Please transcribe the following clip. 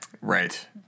Right